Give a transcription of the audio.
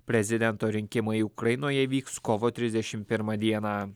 prezidento rinkimai ukrainoje vyks kovo trisdešimt pirmą dieną